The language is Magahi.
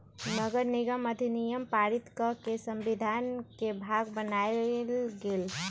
नगरनिगम अधिनियम पारित कऽ के संविधान के भाग बनायल गेल